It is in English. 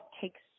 takes